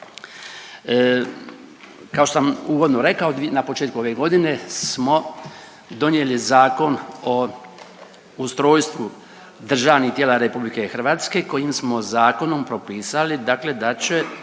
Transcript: Kao što sam uvodno rekao na početku ove godine smo donijeli Zakon o ustrojstvu državnih tijela RH kojim smo zakonom propisali dakle da će